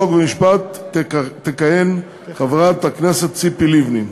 חוק ומשפט תכהן חברת הכנסת ציפי לבני.